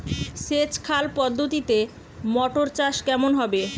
সেচ খাল পদ্ধতিতে মটর চাষ কেমন হবে?